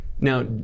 Now